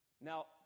Now